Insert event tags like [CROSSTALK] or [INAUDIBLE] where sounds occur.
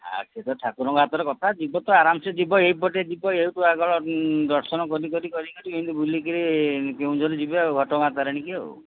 ଆଉ ସେ ତ ଠାକୁରଙ୍କ ହାତରେ କଥା ଯିବ ତ ଆରାମସେ ଯିବ ଏଇ ପଟେ ଯିବ ଏଇଠୁ [UNINTELLIGIBLE] ଦର୍ଶନ କରିକରି କରିକରି ଏମିତି ବୁଲିକିରି କେଉଁଝର ଯିବେ ଆଉ ଘଣ୍ଟ ଗାଁ ତାରିଣୀକି ଆଉ